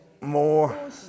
more